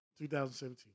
2017